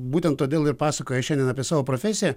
būtent todėl ir pasakoja šiandien apie savo profesiją